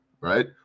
right